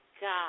God